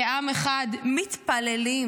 כעם אחד, מתפללים,